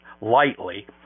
lightly